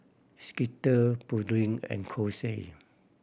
Skittle Pureen and Kose